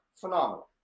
phenomenal